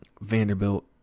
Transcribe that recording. Vanderbilt